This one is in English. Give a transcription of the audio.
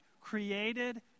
created